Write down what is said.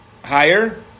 Higher